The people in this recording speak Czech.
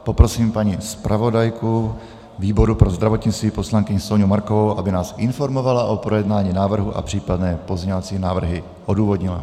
Poprosím paní zpravodajku výboru pro zdravotnictví poslankyni Soňu Markovou, aby nás informovala o projednání návrhu a případné pozměňovací návrhy odůvodnila.